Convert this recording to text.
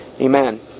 Amen